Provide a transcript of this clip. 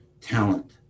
talent